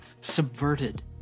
subverted